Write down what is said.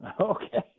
Okay